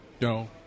No